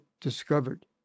discovered